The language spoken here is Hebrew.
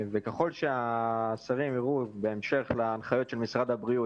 ככל שהשרים יראו בהמשך להנחיות של משרד הבריאות,